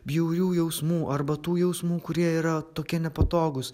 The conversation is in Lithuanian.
bjaurių jausmų arba tų jausmų kurie yra tokie nepatogūs